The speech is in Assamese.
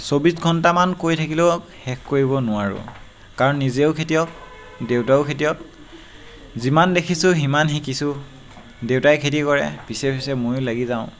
ছৌব্বিশ ঘন্টামান কৈ থাকিলেও শেষ কৰিব নোৱাৰোঁ কাৰণ নিজেও খেতিয়ক দেউতাও খেতিয়ক যিমান দেখিছোঁ সিমান শিকিছোঁ দেউতাই খেতি কৰে পিছে পিছে ময়ো লাগি যাওঁ